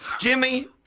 Jimmy